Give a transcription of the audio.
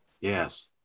Yes